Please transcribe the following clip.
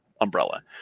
umbrella